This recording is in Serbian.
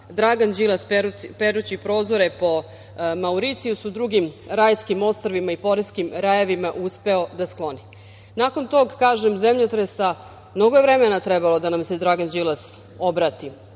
Dragan Đilas perući prozore po Mauricijusu, drugim rajskim ostrvima i poreskim rajevima uspeo da skloni. Nakon tog, kažem, zemljotresa, mnogo je vremena trebalo da nam se Dragan Đilas obrati.